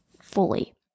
fully